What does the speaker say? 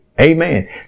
Amen